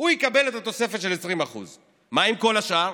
יקבל תוספת של 20%. מה עם כל השאר?